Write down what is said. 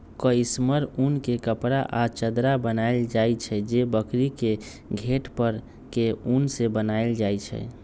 कस्मिर उन के कपड़ा आ चदरा बनायल जाइ छइ जे बकरी के घेट पर के उन से बनाएल जाइ छइ